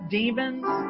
demons